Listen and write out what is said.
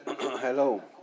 hello